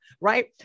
right